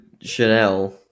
Chanel